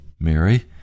Mary